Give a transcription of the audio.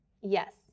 Yes